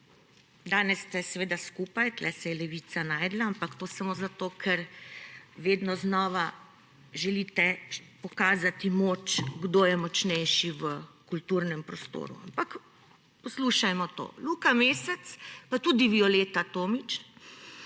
danes ste seveda skupaj, tukaj se je Levica našla, ampak to samo zato, ker vedno znova želite pokazati moč, kdo je močnejši v kulturnem prostoru, ampak poslušajmo to – Luka Mesec, pa tudi Violeta Tomić